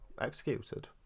executed